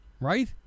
Right